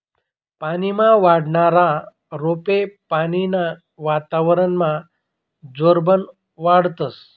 पानीमा वाढनारा रोपे पानीनं वातावरनमा जोरबन वाढतस